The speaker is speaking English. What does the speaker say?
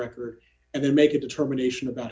record and then make a determination about